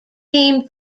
theme